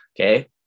Okay